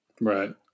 right